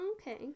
Okay